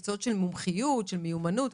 מקצועות של מומחיות ומיומנות.